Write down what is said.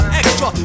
extra